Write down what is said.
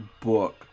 book